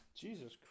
Jesus